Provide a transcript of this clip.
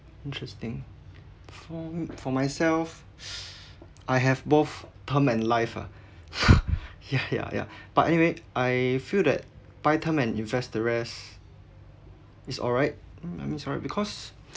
interesting form for myself I have both term and life ah ya ya ya but anyway I feel that buy term and invest the rest is alright mm I mean it's alright because